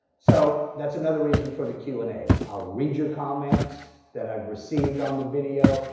so that's another reason for the q and a i'll read your comments that i've received on the video.